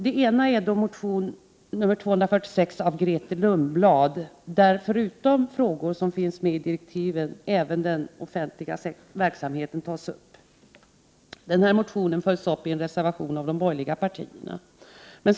Det ena är motion N246 av Grethe Lundblad m.fl. där förutom frågor som även berörs i direktiven den offentliga verksamheten diskuteras. Den motionen följs upp i en reservation av de borgerliga partiernas företrädare.